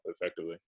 effectively